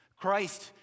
Christ